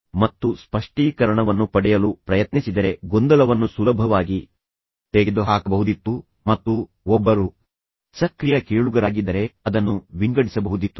ಇಬ್ಬರೂ ವಿವರಣೆ ಮತ್ತು ಮತ್ತು ಸ್ಪಷ್ಟೀಕರಣವನ್ನು ಪಡೆಯಲು ಪ್ರಯತ್ನಿಸಿದರೆ ಗೊಂದಲವನ್ನು ಸುಲಭವಾಗಿ ತೆಗೆದುಹಾಕಬಹುದಿತ್ತು ಮತ್ತು ಒಬ್ಬರು ಸಕ್ರಿಯ ಕೇಳುಗರಾಗಿದ್ದರೆ ಅದನ್ನು ವಿಂಗಡಿಸಬಹುದಿತ್ತು